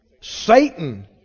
Satan